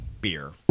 Beer